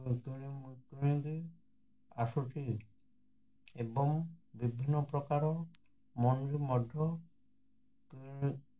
ଆସୁଛି ଏବଂ ବିଭିନ୍ନ ପ୍ରକାର ମଧୁ